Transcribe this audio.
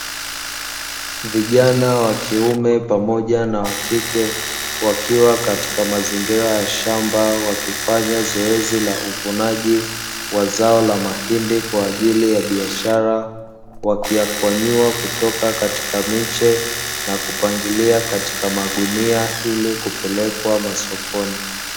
Vijana wa kiume pamoja na wa kike wakiwa katika mazingira ya shamba wakifanya zoezi la uvunaji wa zao la mahindi, kwa ajili ya biashara wakiyakwanyua kutoka katika miche, na kupangilia katika magunia ili kupelekwa masokoni.